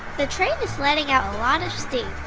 the train is letting out a lot of steam.